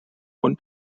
und